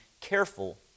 careful